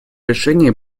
решения